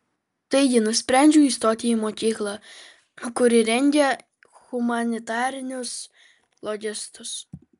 taigi nusprendžiau įstoti į mokyklą kuri rengia humanitarinius logistus